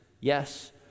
yes